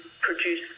produce